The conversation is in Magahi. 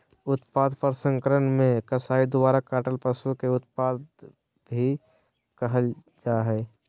उत्पाद प्रसंस्करण मे कसाई द्वारा काटल पशु के उत्पाद के भी करल जा हई